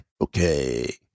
okay